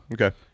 Okay